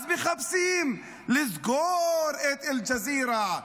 אז מחפשים לסגור את אל-ג'זירה,